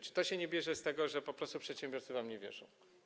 Czy to się nie bierze z tego, że po prostu przedsiębiorcy wam nie wierzą?